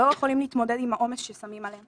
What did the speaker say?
לא יכולים להתמודד עם העומס ששמים להם